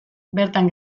bertan